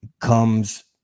comes